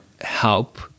help